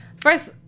First